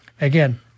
again